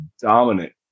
dominant